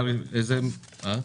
דמעת אל-יתים, בבקשה.